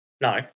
No